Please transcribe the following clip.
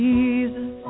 Jesus